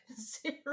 zero